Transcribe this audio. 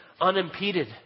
unimpeded